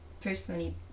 personally